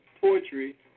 poetry